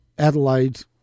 Adelaide